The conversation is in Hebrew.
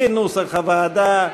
כנוסח הוועדה.